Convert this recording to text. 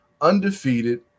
undefeated